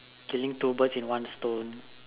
killing two birds with one stone